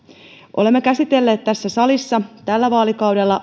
olemme käsitelleet tässä salissa tällä vaalikaudella